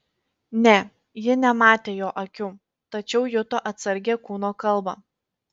ne ji nematė jo akių tačiau juto atsargią kūno kalbą